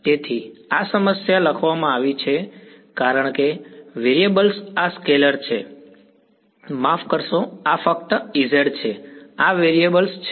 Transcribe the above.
તેથી આ સમસ્યા લખવામાં આવી છે કારણ કે વેરીએબલ્સ આ સ્કેલર છે માફ કરશો આ ફક્ત Ez છે આ વેરીએબલ્સ છે